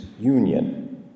union